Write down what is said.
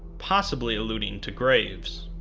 possibly alluding to graves.